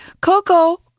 Coco